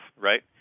right